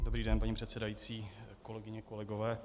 Dobrý den, paní předsedající, kolegyně a kolegové.